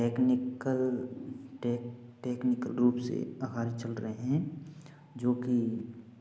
technical tech technical रुप से चल रहे हैं जो कि